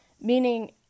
Meaning